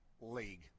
League